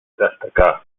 destacar